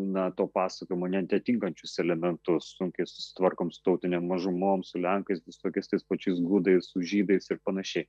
na to pasakojimo neatitinkančius elementus sunkiai susitvarkomsu tautinėm mažumom su lenkais visokiais tais pačiais gudais su žydais ir panašiai